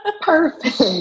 Perfect